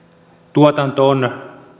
tuotanto on